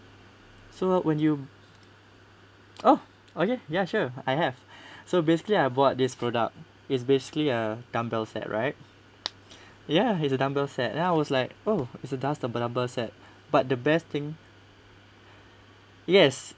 so when you oh okay yeah sure I have so basically I bought this product is basically a dumbbell set right ya it's a dumbbell set and then I was like oh it's the last available set but the best thing yes